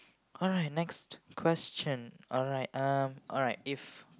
alright next question alright um alright if